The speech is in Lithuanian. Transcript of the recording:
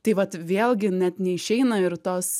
tai vat vėlgi net neišeina ir tos